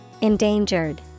Endangered